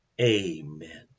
Amen